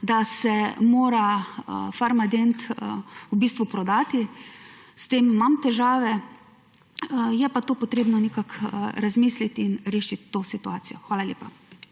da se mora Farmadent v bistvu prodati. S tem imam težave. Je pa to potrebno nekako razmisliti in rešiti to situacijo. Hvala lepa.